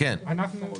אף אחד לא עוזר לי.